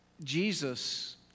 Jesus